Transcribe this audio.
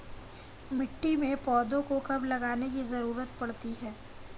मिट्टी में पौधों को कब लगाने की ज़रूरत पड़ती है?